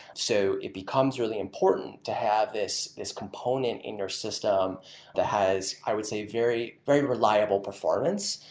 so it becomes really important to have this this component in your system that has, i would say, very very reliable performance,